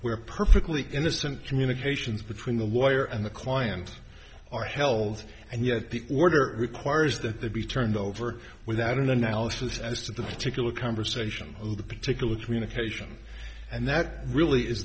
where perfectly innocent communications between the lawyer and the client are held and yet the order requires that they be turned over without an analysis as to the particular conversation of the particular communication and that really is